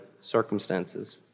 circumstances